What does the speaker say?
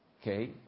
Okay